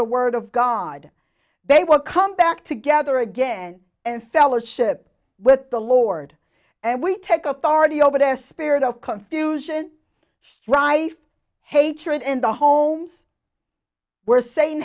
the word of god they will come back together again and fellowship with the lord and we take authority over their spirit of confusion strife hatred in the homes were saying